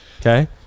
Okay